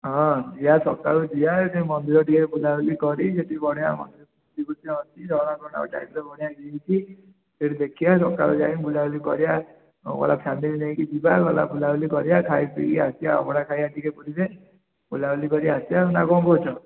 ହଁ ଯିବା ସକାଳୁ ଯିବା ମନ୍ଦିର ଟିକେ ବୁଲା ବୁଲି କରି ସେଠି ବଢ଼ିଆ ଅଛି ବଢ଼ିଆ ହେଇଛି ସେଠି ଦେଖିବା ସକାଳୁ ଯାଇଁ ବୁଲା ବୁଲି କରିବା ଫ୍ୟାମିଲି ନେଇକି ଯିବା ଗଲା ବୁଲା ବୁଲି କରିବା ଖାଇ ପିଇ ଆସିବା ଆଉ ଅବଢ଼ା ଖାଇବା ଟିକେ ପୁରୀରେ ବୁଲା ବୁଲି କରି ଆସିବା ଆଉ ନା କ'ଣ କହୁଛ